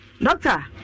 Doctor